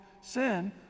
sin